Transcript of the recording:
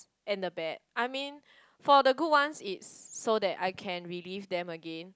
and the bad I mean for the good ones it's so that I can relive them again